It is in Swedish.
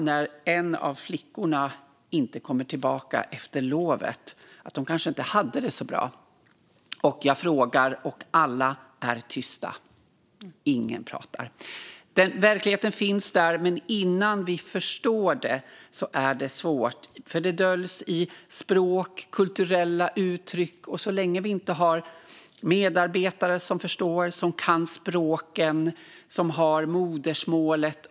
När en av flickorna sedan inte kommer tillbaka efter lovet förstår jag att de kanske inte hade det så bra. Jag frågar, och alla är tysta. Ingen pratar. Verkligheten finns där, men innan vi förstår det är det svårt. Det döljs i språk och i kulturella uttryck, och vi kanske inte har medarbetare som förstår, som kan språken och har modersmålet.